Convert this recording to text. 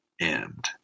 end